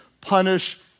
punish